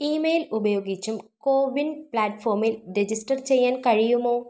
email ഉപയോഗിച്ചും കോവിൻ പ്ലാറ്റ്ഫോമിൽ register ചെയ്യാൻ കഴിയുമോ